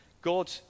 God